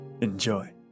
Enjoy